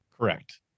Correct